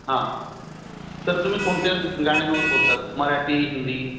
हां सर तुम्ही कोणत्या गाण्यांवर बोलतात मराठी हिंदी